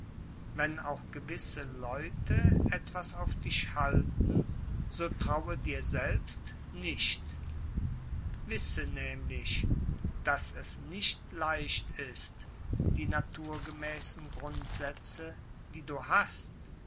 wenn auch gewisse leute etwas auf dich halten so traue dir selbst nicht wisse nemlich daß es nicht leicht ist die naturgemäßen grundsätze die du hast